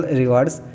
rewards